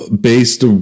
based